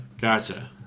Gotcha